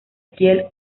kiel